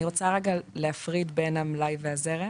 אני רוצה להפריד בין המלאי לזרם.